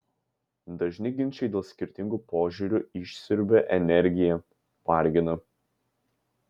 dažni ginčai dėl skirtingų požiūrių išsiurbia energiją vargina